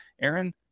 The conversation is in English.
Aaron